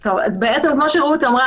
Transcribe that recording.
כמו שרעות אמרה,